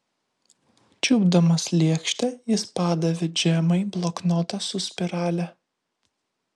čiupdamas lėkštę jis padavė džemai bloknotą su spirale